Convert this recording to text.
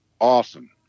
awesome